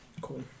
Cool